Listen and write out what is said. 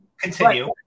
Continue